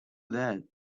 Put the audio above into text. that